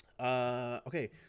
Okay